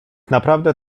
naprawdę